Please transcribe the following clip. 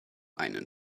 einen